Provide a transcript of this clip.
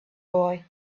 boy